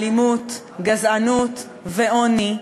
אלימות, גזענות ועוני,